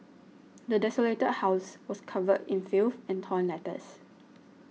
the desolated house was covered in filth and torn letters